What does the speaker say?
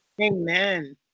Amen